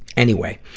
anyway.